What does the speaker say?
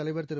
தலைவர் திரு